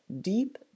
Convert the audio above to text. deep